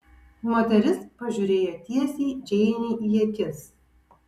moteris pažiūrėjo tiesiai džeinei į akis